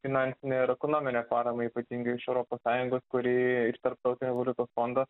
finansinę ir ekonominę paramą ypatingai iš europos sąjungos kuri ir tarptautinio valiutos fondo